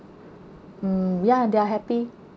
mm ya they are happy